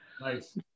Nice